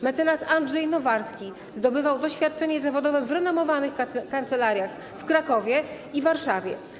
Mecenas Andrzej Nowarski zdobywał doświadczenie zawodowe w renomowanych kancelariach w Krakowie i Warszawie.